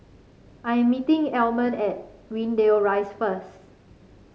I am meeting Almon at Greendale Rise first